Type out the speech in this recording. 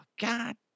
god